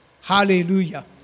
Hallelujah